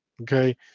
okay